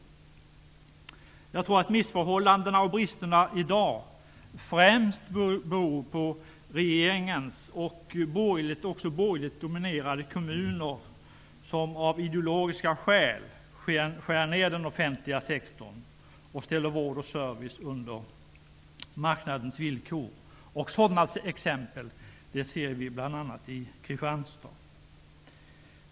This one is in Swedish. Jag tror att missförhållandena och bristerna i dag främst beror på att regeringen och borgerligt dominerade kommunerna av ideologiska skäl skär ner den offentliga sektorn och ställer vård och service under marknadens villkor. Sådana exempel ser vi bl.a. i Kristianstad.